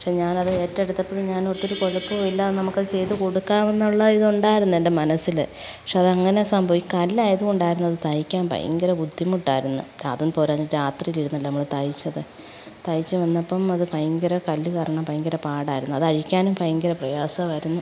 പക്ഷെ ഞാനത് ഏറ്റെടുത്തപ്പോഴും ഞാൻ ഓർത്തു ഇത് കുഴപ്പമില്ല അത് നമുക്കത് ചെയ്തു കൊടുക്കാമെന്നുള്ള ഇതുണ്ടായിരുന്നു എൻ്റെ മനസ്സിൽ പക്ഷെ അതങ്ങനെ സംബവി ഈ കല്ലായതു കൊണ്ടായിരുന്നു അതു തയ്ക്കാൻ ഭയങ്കര ബുദ്ധിമുട്ടായിരുന്നു അതും പോരാഞ്ഞ് രാത്രിയിൽ ഇരുന്നല്ലെ നമ്മൾ തയ്ച്ചത് തയ്ച്ചു വന്നപ്പം അതു ഭയങ്കര കല്ലു കാരണം ഭയങ്കര പാടായിരുന്നു അത് അഴിക്കാനും ഭയങ്കര പ്രയാസമായിരുന്നു